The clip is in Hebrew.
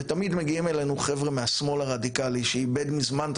ותמיד מגיעים אלינו חבר'ה מהשמאל הרדיקלי שאיבד מזמן את